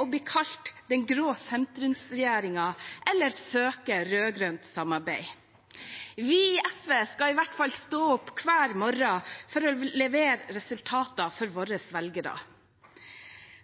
å bli kalt den grå sentrumsregjeringen og å søke rød-grønt samarbeid. Vi i SV skal i hvert fall stå opp hver morgen for å levere resultater for våre velgere.